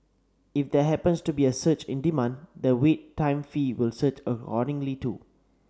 if there happens to be a surge in demand the Wait Time fee will surge too